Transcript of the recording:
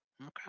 Okay